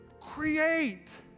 create